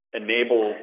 enable